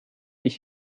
ich